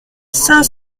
cinq